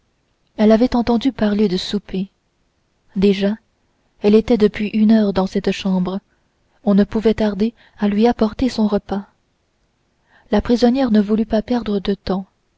elle avait entendu parler de souper déjà elle était depuis une heure dans cette chambre on ne pouvait tarder à lui apporter son repas la prisonnière ne voulut pas perdre de temps